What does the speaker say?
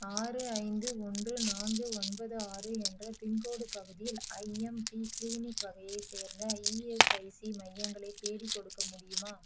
ஆறு ஐந்து ஒன்று நான்கு ஒன்பது ஆறு என்ற பின்கோட் பகுதியில் ஐஎம்பி கிளினிக் வகையைச் சேர்ந்த இஎஸ்ஐசி மையங்களை தேடிக்கொடுக்க முடியுமா